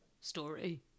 story